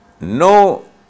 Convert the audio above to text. no